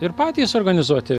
ir patys organizuoti